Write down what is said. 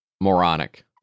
Moronic